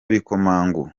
bikomagu